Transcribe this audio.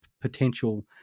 potential